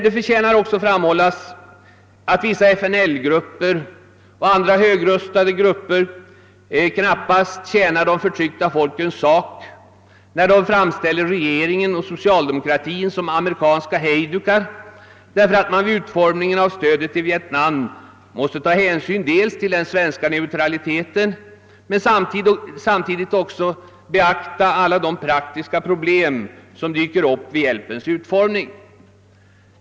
Det förtjänar också framhållas, att vissa FNL-grupper och andra högröstade grupper knappast tjänar de förtryckta folkens sak när de framställer regeringen och socialdemokratin som amerikanska hejdukar, därför att man vid utformningen av stödet till Vietnam måste ta hänsyn till den svenska neutraliteten och samtidigt också beakta alla de praktiska problem som dyker upp vid hjälpens utformning.